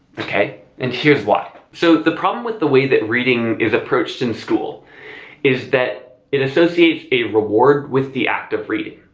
okay! and here is why so the problem with the way reading is approached in school is that it associates a reward with the act of reading.